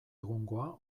egungoa